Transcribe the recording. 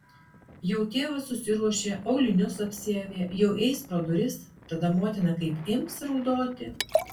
jau tėvas susiruošė aulinius apsiavė jau eis pro duris tada motina kaip ims raudoti